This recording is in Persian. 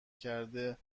کرده